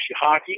hockey